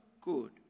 good